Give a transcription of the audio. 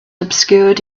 obscured